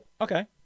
Okay